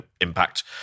impact